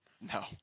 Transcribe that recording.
No